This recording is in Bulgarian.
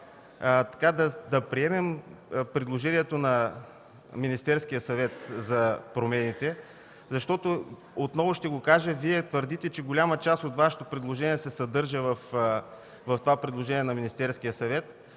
да приемем предложението на Министерския съвет за промените, защото, отново ще го кажа – Вие твърдите, че голяма част от Вашето предложение се съдържа в това предложение на Министерския съвет.